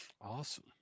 Awesome